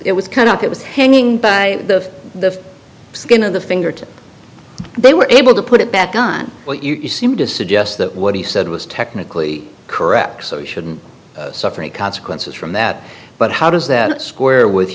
it was kind of it was hanging by the skin of the fingertip they were able to put it back on what you seem to suggest that what he said was technically correct so shouldn't suffer any consequences from that but how does that square with